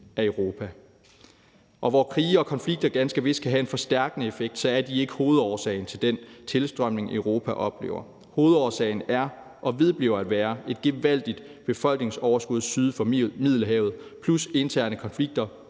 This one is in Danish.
af Europa. Og selv om krige og konflikter ganske vist kan have en forstærkende effekt, er de ikke hovedårsagen til den tilstrømning, Europa oplever. Hovedårsagen er og vedbliver at være et gevaldigt befolkningsoverskud syd for Middelhavet plus interne konflikter,